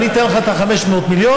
ואני אתן לך את ה-500 מיליון,